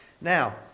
Now